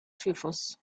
typhus